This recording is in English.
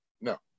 No